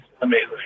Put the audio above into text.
Amazing